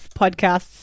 podcasts